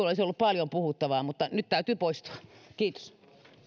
olisi ollut paljon puhuttavaa mutta nyt täytyy poistua kiitos